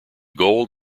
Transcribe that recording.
gold